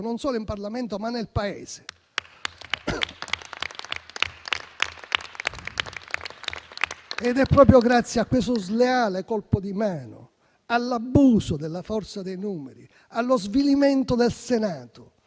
non solo in Parlamento, ma anche nel Paese. Ed è proprio grazie a questo sleale colpo di mano, all'abuso della forza dei numeri e allo svilimento del Senato